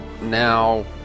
Now